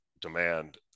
demand